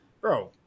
bro